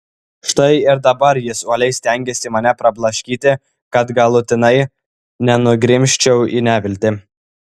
štai ir dabar jis uoliai stengiasi mane prablaškyti kad galutinai nenugrimzčiau į neviltį